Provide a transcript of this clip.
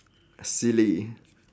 silly